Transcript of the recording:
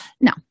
No